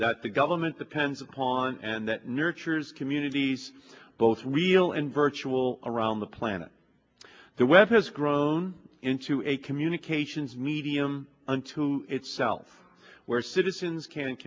that the government depends upon and that nurtures communities both real and virtual around the planet the web has grown into a communications medium unto itself where citizens can